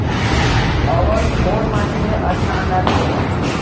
अवर कौन माटी मे अच्छा आनाज होला?